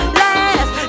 last